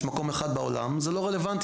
יש מקום אחד בעולם" זה לא רלוונטי,